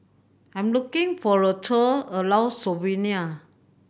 I'm looking for a tour around Slovenia